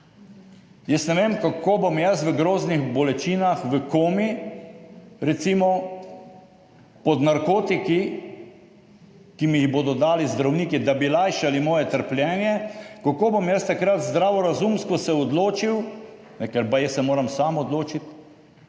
Jaz ne vem, kako bom jaz v groznih bolečinah, v komi, recimo, pod narkotiki, ki mi jih bodo dali zdravniki, da bi lajšali moje trpljenje, kako bom jaz takrat zdravorazumsko se odločil, ker baje se moram sam odločiti,